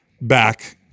back